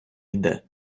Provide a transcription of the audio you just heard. йде